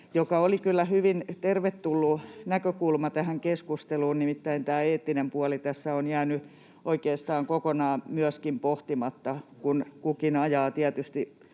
kyllä hyvin tervetullut näkökulma tähän keskusteluun. Nimittäin tämä eettinen puoli tässä on jäänyt oikeastaan kokonaan myöskin pohtimatta, kun kukin ajaa tietysti